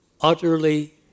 utterly